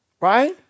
Right